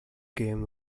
game